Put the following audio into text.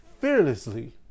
fearlessly